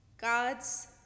God's